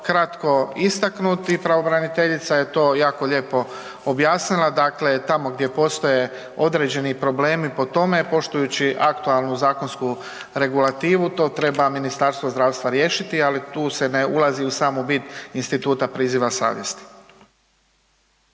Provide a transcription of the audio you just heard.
kratko istaknut i pravobraniteljica je to jako lijepo objasnila, dakle tamo gdje postoje određeni problemi po tome, poštujući aktualnu zakonsku regulativu to treba Ministarstvo zdravstva riješiti, ali tu se ne ulazi u samu bit instituta priziva savjesti.